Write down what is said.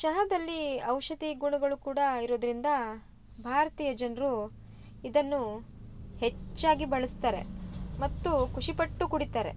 ಚಹಾದಲ್ಲಿ ಔಷಧಿ ಗುಣಗಳು ಕೂಡ ಇರೋದರಿಂದಾ ಭಾರತೀಯ ಜನರು ಇದನ್ನು ಹೆಚ್ಚಾಗಿ ಬಳಸ್ತಾರೆ ಮತ್ತು ಖುಷಿಪಟ್ಟು ಕುಡಿತಾರೆ